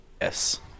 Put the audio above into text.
Yes